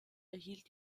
erhielt